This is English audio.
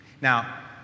Now